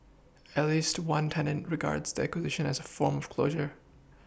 at least one tenant regards the acquisition as a form of closure